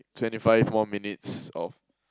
twenty five more minutes of